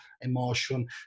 emotion